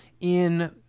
in-